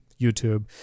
YouTube